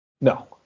No